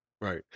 Right